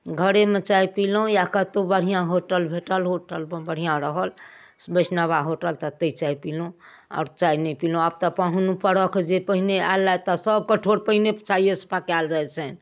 घरेमे चाय पीलहुॅं या कतौ बढ़िऑं होटल भेटल होटलमे बढ़िऑं रहल वैष्णव होटल तते चाय पीलहुॅं आओर चाय नहि पीलहुॅं आब तऽ पाहुन परख जे पहिने आयल तऽ सबके ठोर पहिने चायए सऽ पकायल जाइ छनि